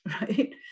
right